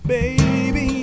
Baby